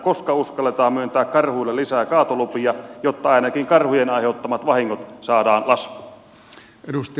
koska uskalletaan myöntää karhuille lisää kaatolupia jotta ainakin karhujen aiheuttamat vahingot saadaan laskuun